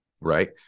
right